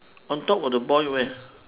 on top of the boy where